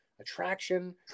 attraction